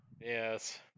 Yes